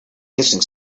hissing